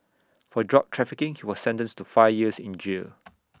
for drug trafficking he was sentenced to five years in jail